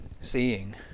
seeing